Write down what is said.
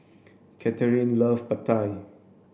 Katherin love Pad Thai